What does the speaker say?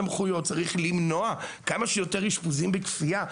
הסמכויות; וצריך למנוע כמה שיותר אשפוזים בכפייה.